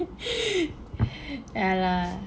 yeah lah